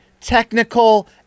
technical